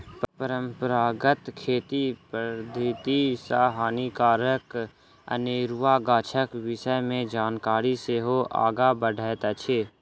परंपरागत खेती पद्धति सॅ हानिकारक अनेरुआ गाछक विषय मे जानकारी सेहो आगाँ बढ़ैत अछि